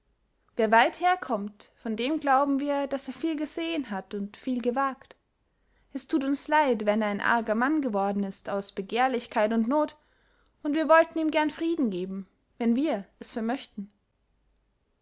wer weither kommt von dem glauben wir daß er viel gesehen hat und viel gewagt es tut uns leid wenn er ein arger mann geworden ist aus begehrlichkeit und not und wir wollten ihm gern frieden geben wenn wir es vermöchten